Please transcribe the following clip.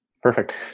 Perfect